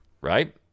right